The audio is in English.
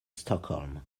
stockholm